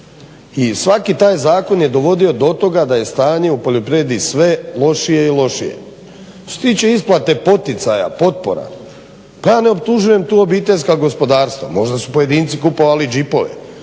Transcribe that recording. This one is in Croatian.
I svaki taj zakon je dovodio do toga da je stanje u poljoprivredi sve lošije i lošije. Što se tiče isplate poticaja, potpora pa ja ne optužujem tu obiteljska gospodarstva, možda su pojedinci kupovali Jeepove,